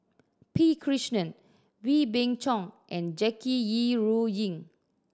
P Krishnan Wee Beng Chong and Jackie Yi Ru Ying